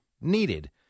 needed